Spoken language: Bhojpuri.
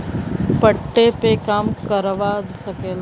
पट्टे पे काम करवा सकेला